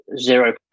zero